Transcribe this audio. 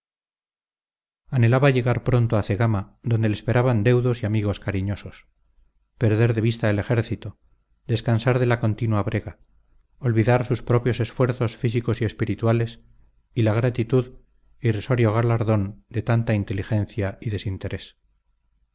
anhelaba llegar pronto a cegama donde le esperaban deudos y amigos cariñosos perder de vista el ejército descansar de la continua brega olvidar sus propios esfuerzos físicos y espirituales y la ingratitud irrisorio galardón de tanta inteligencia y desinterés